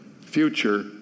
Future